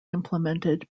implemented